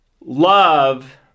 love